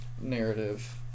narrative